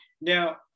Now